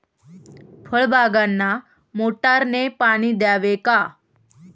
फळबागांना मोटारने पाणी द्यावे का?